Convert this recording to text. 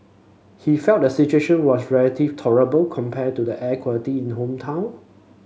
he felt the situation was relatively tolerable compared to the air quality in hometown